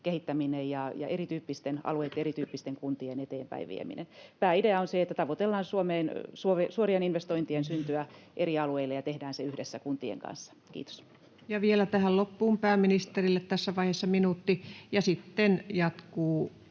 alueiden, erityyppisten kuntien eteenpäinviemistä. Pääidea on se, että tavoitellaan Suomeen suorien investointien syntyä eri alueille ja tehdään se yhdessä kuntien kanssa. — Kiitos. Ja vielä tähän loppuun pääministerille tässä vaiheessa minuutti, ja sitten jatkuu